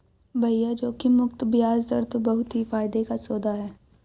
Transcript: भैया जोखिम मुक्त बयाज दर तो बहुत ही फायदे का सौदा है